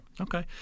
Okay